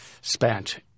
spent –